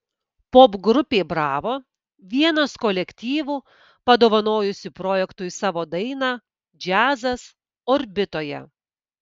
popgrupė bravo vienas kolektyvų padovanojusių projektui savo dainą džiazas orbitoje